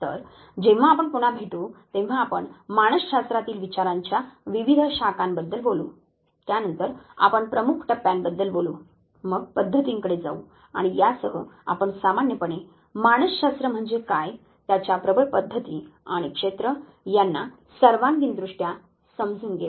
तर जेव्हा आपण पुन्हा भेटू तेव्हा आपण मानसशास्त्रातील विचारांच्या विविध शाखांबद्दल बोलू त्यानंतर आपण प्रमुख टप्यांबद्दल बोलू मग पद्धतींकडे जाऊ आणि यासह आपण सामान्यपणे मानसशास्त्र म्हणजे काय त्याच्या प्रबळ पद्धती आणि क्षेत्र यांना सर्वांगीण दृष्ट्या समजून घेऊ